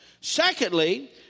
Secondly